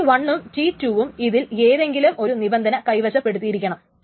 T 1 ഉം T 2 ഉം ഇതിൽ ഏതെങ്കിലും ഒരു നിബന്ധന കൈവശപ്പടുത്തിയിരിക്കണം